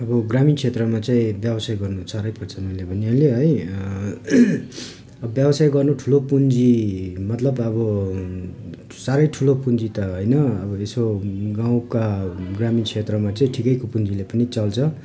अब ग्रामीण क्षेत्रमा चाहिँ व्यवसाय गर्नु साह्रो पर्छ भन्नाले है व्यवसाय गर्नु ठुलो पुँजी मतलब अब साह्रै ठुलो पुँजी त होइन यसो गाउँका ग्रामीण क्षेत्रमा चाहिँ ठिकैको पुँजीले पनि चल्छ